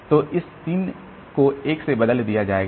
तो इस 3 को 1 से बदल दिया जाएगा